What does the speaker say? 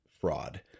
fraud